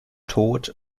tod